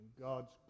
God's